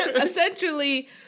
Essentially